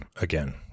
again